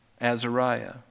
Azariah